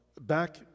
back